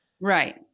Right